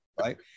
Right